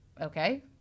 okay